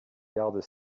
gardes